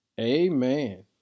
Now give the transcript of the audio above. amen